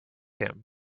him